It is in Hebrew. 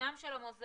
דינם של המוזיאונים